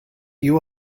you